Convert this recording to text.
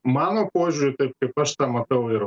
mano požiūrį taip kaip aš tą matau ir